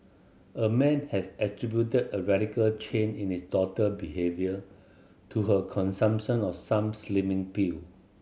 a man has attributed a radical change in his daughter behaviour to her consumption of some slimming pill